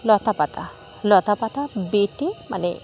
লতা পাতা লতা পাতা বেটে মানে